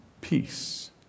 peace